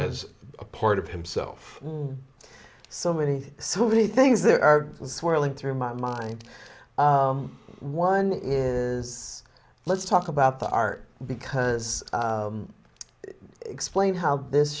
as a part of himself so many so many things there are swirling through my mind one is let's talk about the art because explain how this